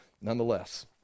Nonetheless